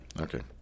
Okay